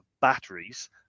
batteries